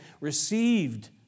received